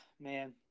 man